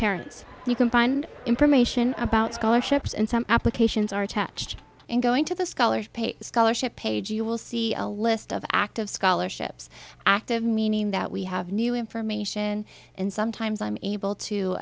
parents you can find information about scholarships and some applications are attached and going to the scholarship a scholarship page you will see a list of active scholarships active meaning that we have new information and sometimes i'm able to